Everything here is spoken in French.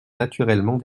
naturellement